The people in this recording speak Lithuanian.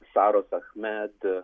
saros achmed